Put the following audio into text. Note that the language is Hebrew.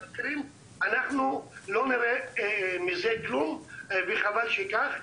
אנחנו לא נראה מזה כלום וחבל שכך.